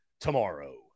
tomorrow